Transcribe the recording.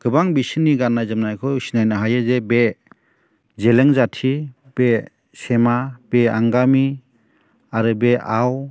गोबां बिसोरनि गाननाय जोमनायखौ सिनायनो हायो जे बे जेलें जाथि बे सेमा बे आंगामि आरो बे आव